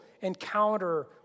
encounter